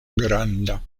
granda